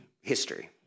history